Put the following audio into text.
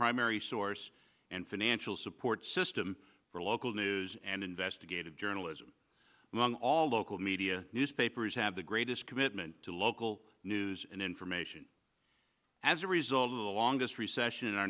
primary source and financial support system for local news and investigative journalism among all local media newspapers have the greatest commitment to local news and in from a as a result of the longest recession in our